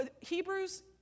Hebrews